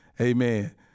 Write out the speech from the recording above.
Amen